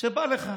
שבא לך.